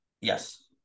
yes